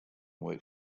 work